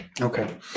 Okay